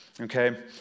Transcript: okay